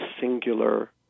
singular